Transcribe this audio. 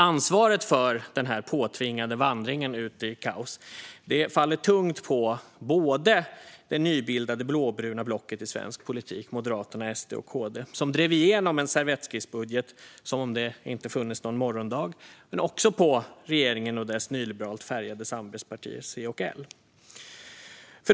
Ansvaret för den här påtvingade vandringen ut i kaos faller tungt både på det nybildade blåbruna blocket i svensk politik - Moderaterna, SD och KD - som drev igenom en servettskissbudget som om det inte funnes någon morgondag och på regeringen och dess nyliberalt färgade samarbetspartier C och L.